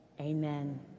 amen